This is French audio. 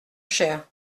cher